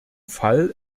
fall